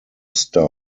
star